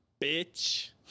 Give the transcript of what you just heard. bitch